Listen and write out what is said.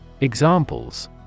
Examples